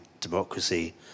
democracy